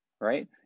Right